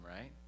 right